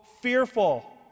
fearful